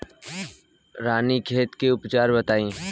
रानीखेत के उपचार बताई?